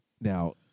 Now